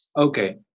Okay